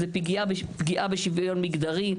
זה פגיעה בשוויון מגדרי,